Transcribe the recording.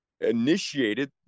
initiated